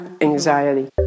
anxiety